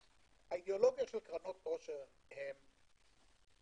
האידיאולוגיה של קרנות עושר יש